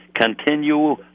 continue